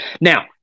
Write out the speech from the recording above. Now